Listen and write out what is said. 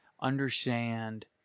understand